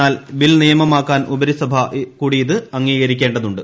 എന്നാൽ ബിൽ നിയമമാക്കാൻ ഉപരിസഭ കൂടി ഇത് അംഗീകരിക്കേണ്ടതുണ്ട്